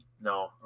No